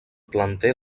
planter